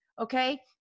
Okay